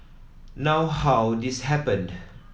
now how this happened